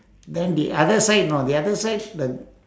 then the other side know the other side the